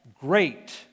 great